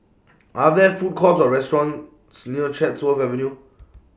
Are There Food Courts Or restaurants near Chatsworth Avenue